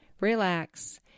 relax